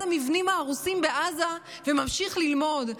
המבנים ההרוסים בעזה וממשיך ללמוד,